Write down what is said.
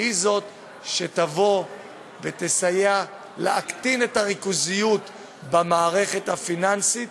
היא שתבוא ותסייע להקטין את הריכוזיות במערכת הפיננסית,